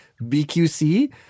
BQC